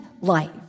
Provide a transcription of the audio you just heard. life